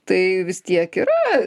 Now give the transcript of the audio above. tai vis tiek yra